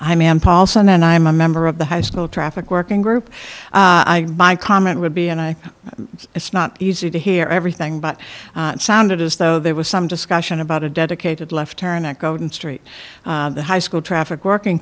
and i'm a member of the high school traffic working group my comment would be and i it's not easy to hear everything but it sounded as though there was some discussion about a dedicated left turn that go street the high school traffic working